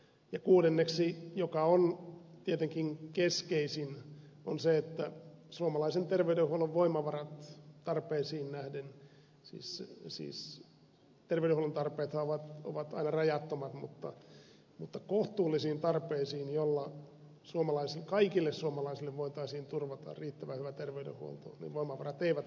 ja kuudes ongelma joka on tietenkin keskeisin on se että tarpeisiin nähden siis terveydenhuollon tarpeethan ovat aina rajattomat mutta kohtuullisiin tarpeisiin jolloin kaikille suomalaisille voitaisiin turvata riittävän hyvä terveydenhuolto suomalaisen terveydenhuollon voimavarat eivät ole riittävät